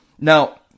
Now